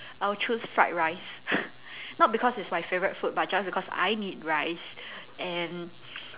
I will choose fried rice not because it's my favourite food but just because I need rice and